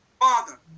Father